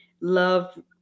love